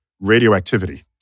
radioactivity